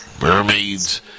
mermaids